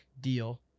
deal